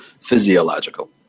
physiological